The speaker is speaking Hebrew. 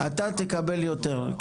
בסוגיות של הכשרה,